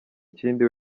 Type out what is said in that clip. kindi